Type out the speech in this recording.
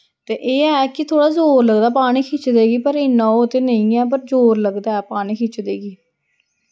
ते एह् ऐ कि थोह्ड़ा जोर लगदा पानी खिच्चदे गी पर इन्ना ओह् ते नेईं ऐ पर जोर लगदा ऐ पानी खिच्चदे गी